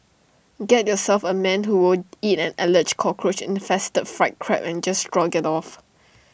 get yourself A man who will eat an Alleged Cockroach infested fried Crab and just shrug IT off